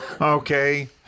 okay